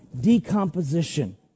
decomposition